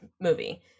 movie